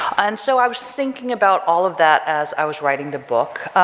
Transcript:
and so i was thinking about all of that as i was writing the book.